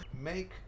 Make